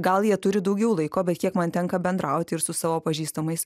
gal jie turi daugiau laiko bet kiek man tenka bendraut ir su savo pažįstamais